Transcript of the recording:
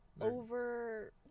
over